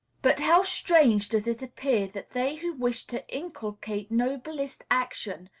but how strange does it appear that they who wish to inculcate noblest action,